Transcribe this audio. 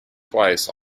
twice